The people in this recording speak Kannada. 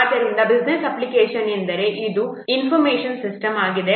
ಆದ್ದರಿಂದ ಬಿಸ್ನಸ್ ಅಪ್ಲಿಕೇಶನ್ ಎಂದರೆ ಇದು ಇನ್ಫರ್ಮೇಷನ್ ಸಿಸ್ಟಮ್ ಆಗಿದೆ